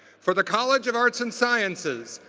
for the college of arts and sciences,